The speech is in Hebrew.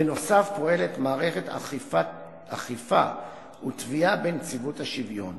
בנוסף פועלת מערכת אכיפה ותביעה בנציבות השוויון.